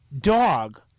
dog